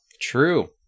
True